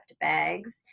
bags